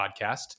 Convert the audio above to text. podcast